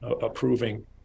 approving